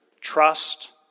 trust